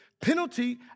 penalty